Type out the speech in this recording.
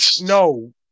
No